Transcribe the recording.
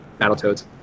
Battletoads